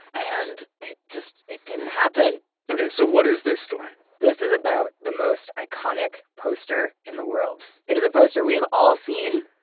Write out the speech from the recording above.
and it just, it didn't happen okay. so what is this story? this is about the most iconic poster in the world. it is a poster we have all seen.